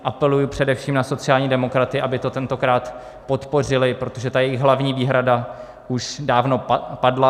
Apeluji především na sociální demokraty, aby to tentokrát podpořili, protože ta jejich hlavní výhrada už dávno padla.